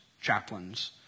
chaplains